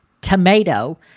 tomato